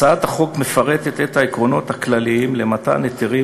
הצעת החוק מפרטת את העקרונות הכלליים למתן היתרים,